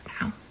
now